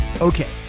Okay